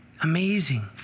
Amazing